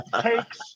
takes